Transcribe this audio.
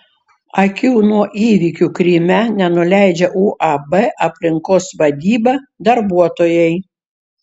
akių nuo įvykių kryme nenuleidžia uab aplinkos vadyba darbuotojai